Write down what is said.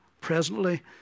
presently